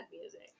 music